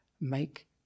make